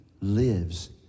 lives